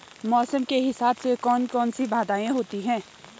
मौसम के हिसाब से कौन कौन सी बाधाएं होती हैं?